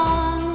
on